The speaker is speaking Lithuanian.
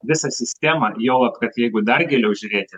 visą sistemą juolab kad jeigu dar giliau žiūrėti